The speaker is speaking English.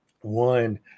one